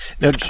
Now